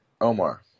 Omar